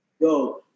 yo